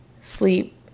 sleep